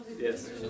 Yes